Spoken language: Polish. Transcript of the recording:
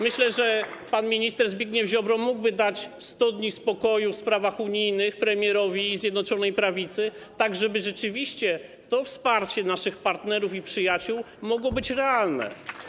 Myślę, że pan minister Zbigniew Ziobro mógłby dać 100 dni spokoju w sprawach unijnych premierowi i Zjednoczonej Prawicy, tak żeby rzeczywiście to wsparcie naszych partnerów i przyjaciół mogło być realne.